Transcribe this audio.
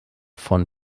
von